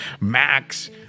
Max